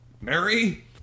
Mary